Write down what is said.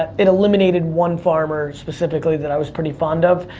it eliminated one farmer, specifically, that i was pretty fond of,